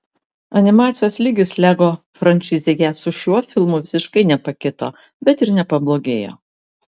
animacijos lygis lego frančizėje su šiuo filmu visiškai nepakito bet ir nepablogėjo